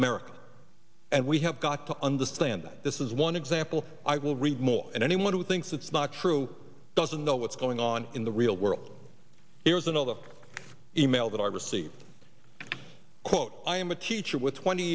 america and we have got to understand that this is one example i will read more and anyone who thinks it's not true doesn't know what's going on in the real world here's another email that i received quote i am a teacher with twenty